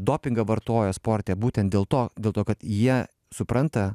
dopingą vartojo sporte būtent dėl to dėl to kad jie supranta